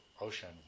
ocean